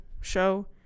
show